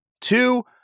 Two